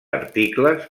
articles